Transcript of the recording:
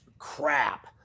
crap